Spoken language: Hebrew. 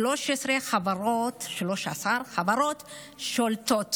ש-13 חברות שולטות?